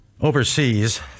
Overseas